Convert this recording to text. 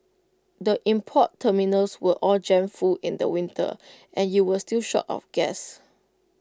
the import terminals were all jammed full in the winter and you were still short of gas